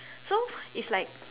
so it's like